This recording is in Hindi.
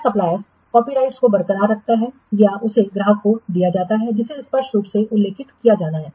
क्या सप्लायर्स कॉपीराइट को बरकरार रखता है या उसे ग्राहक को दिया जाता है जिसे स्पष्ट रूप से उल्लेखित किया जाना है